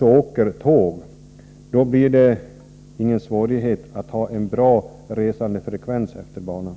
åker tåg — blir det ingen svårighet att ha en bra resandefrekvens på banan.